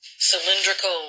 cylindrical